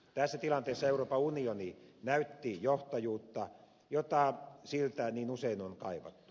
tässä tilanteessa euroopan unioni näytti johtajuutta jota siltä niin usein on kaivattu